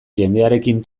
jendearekin